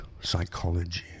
psychology